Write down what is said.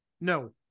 No